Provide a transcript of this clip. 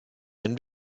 wenn